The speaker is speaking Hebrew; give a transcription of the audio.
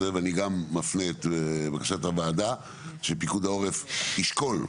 ואני גם מפנה את בקשת הוועדה, שפיקוד העורף ישקול,